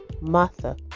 Martha